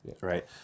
Right